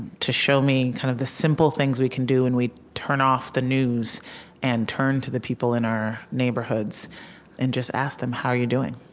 to show me kind of the simple things we can do when and we turn off the news and turn to the people in our neighborhoods and just ask them, how are you doing?